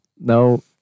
No